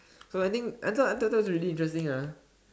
so I think I thought I thought thought that was really interesting ah